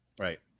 right